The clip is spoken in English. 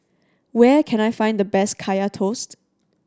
where can I find the best Kaya Toast